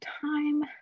time